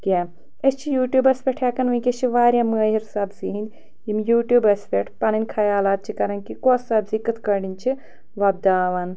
کیٚنٛہہ أسۍ چھِ یوٗٹیوٗبَس پٮ۪ٹھ ہٮ۪کان وٕنۍکٮ۪س چھِ واریاہ مٲہِر سبزی ہِنٛدۍ یِم یوٗٹیوٗبَس پٮ۪ٹھ پَنٕنۍ خیالات چھِ کَران کہِ کۄس سبزی کِتھ کٲٹھۍ چھِ وۄپداوان